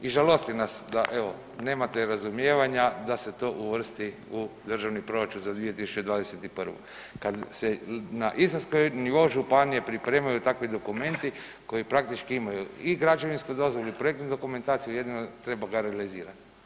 I žalosti nas da evo nemate razumijevanja da se to uvrsti u državni proračun za 2021., kad se na istarskom nivou županije pripremaju takvi dokumenti koji praktički imaju i građevinsku dozvolu i projektnu dokumentaciju jedino treba ga realizirat.